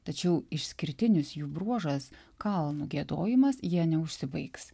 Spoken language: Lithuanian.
tačiau išskirtinis jų bruožas kalnų giedojimas jie neužsibaigs